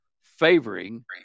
favoring